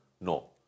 No